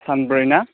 सानब्रै ना